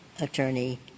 attorney